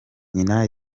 nyina